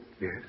Yes